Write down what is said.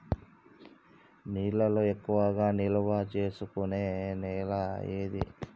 నీళ్లు ఎక్కువగా నిల్వ చేసుకునే నేల ఏది?